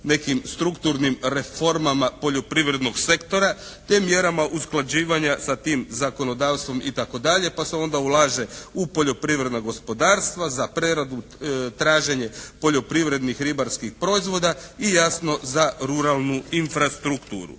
nekim strukturnim reformama poljoprivrednog sektora, te mjerama usklađivanja sa tim zakonodavstvom itd. pa se onda ulaže u poljoprivredna gospodarstva, za preradu, traženje poljoprivrednih ribarskih proizvoda i jasno za ruralnu infrastrukturu.